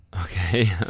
okay